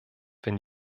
wenn